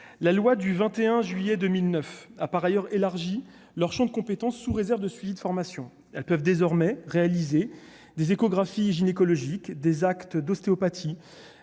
la loi du 21 juillet 2009 a par ailleurs élargi leur Champ de compétence, sous réserve de suite : formation, elles peuvent désormais réaliser des échographies gynécologique des actes d'ostéopathie